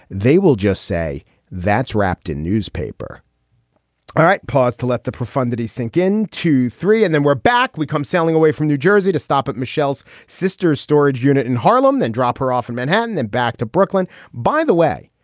they will just say that's wrapped in newspaper all right. pause to let the profundity sink in to three and then we're back. we come sailing away from new jersey to stop at michelle's sister's storage unit in harlem, then drop her off in manhattan and back to brooklyn by the way,